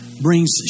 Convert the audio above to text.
brings